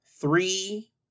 three